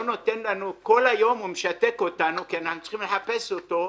כל היום הוא משתק אותנו כי אנחנו צריכים לחפש אותו.